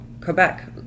Quebec